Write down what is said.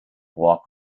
walk